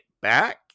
back